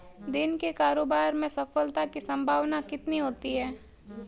दिन के कारोबार में सफलता की संभावना कितनी होती है?